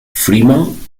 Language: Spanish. freeman